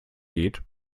geht